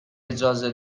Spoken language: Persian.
اجازه